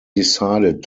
decided